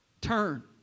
Turn